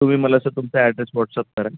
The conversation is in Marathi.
तुम्ही मला सं तुमचा ॲड्रेस व्हॉटसअप करा